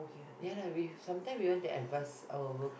ya lah we sometime we want to advise our work